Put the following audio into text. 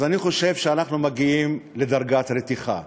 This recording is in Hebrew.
אז אני חושב שאנחנו מגיעים לדרגת רתיחה.